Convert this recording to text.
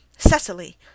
Cecily